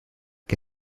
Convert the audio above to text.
que